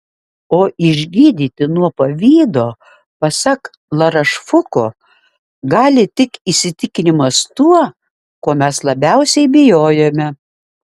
o išgydyti nuo pavydo pasak larošfuko gali tik įsitikinimas tuo ko mes labiausiai bijojome